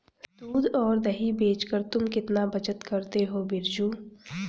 दूध और दही बेचकर तुम कितना बचत करते हो बिरजू?